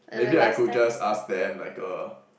maybe I could just ask them like uh